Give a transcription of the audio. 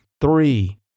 three